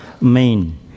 Main